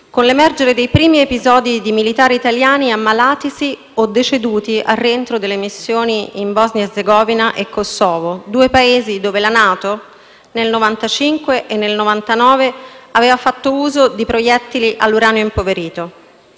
con l'emergere dei primi episodi di militari italiani ammalatisi o deceduti al rientro dalle missioni in Bosnia Erzegovina e Kosovo, due Paesi dove la NATO, nel 1995 e nel 1999, aveva fatto uso di proiettili all'uranio impoverito.